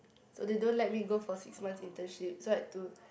so they don't let me go for six months internship so I had to